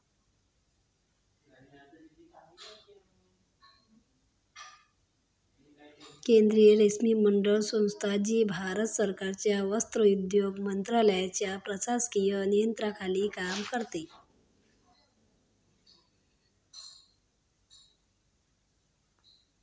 केंद्रीय रेशीम मंडळ संस्था, जी भारत सरकार वस्त्रोद्योग मंत्रालयाच्या प्रशासकीय नियंत्रणाखाली काम करते